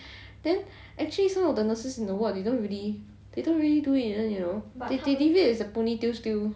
then actually some of the nurses in the ward they don't really they don't really do it one you know they just leave it as a pony tail still